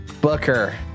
Booker